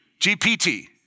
GPT